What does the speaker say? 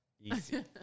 easy